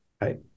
right